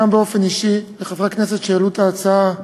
גם באופן אישי, לחברי הכנסת שהעלו את ההצעה.